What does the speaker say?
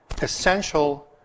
essential